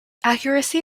accuracy